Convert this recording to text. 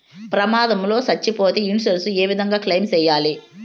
ప్రమాదం లో సచ్చిపోతే ఇన్సూరెన్సు ఏ విధంగా క్లెయిమ్ సేయాలి?